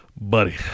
buddy